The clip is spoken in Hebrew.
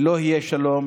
ולא יהיה שלום